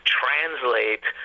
translate